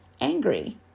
angry